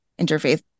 interfaith